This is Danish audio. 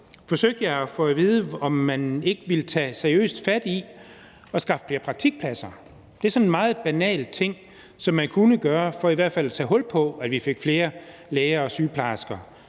forsøgte jeg at få at vide, om ikke man ville tage seriøst fat i at skaffe flere praktikpladser. Det er sådan en meget banal ting, som man kunne gøre for i hvert fald at tage hul på, at vi fik flere læger og sygeplejersker